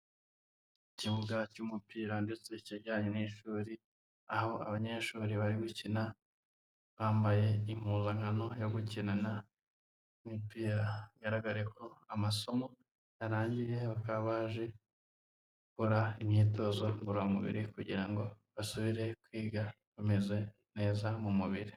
Ikibuga cy'umupira ndetse kegeranye n'ishuri, aho abanyeshuri bari gukina bambaye impuzankano yo gukinana n'imipira bigaragare ko amasomo yarangiye bakaba baje gukora imyitozo ngororamubiri kugira ngo basubire kwiga bameze neza mu mubiri.